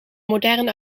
modern